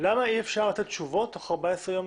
למה אי אפשר לתת תשובות תוך 14 ימים?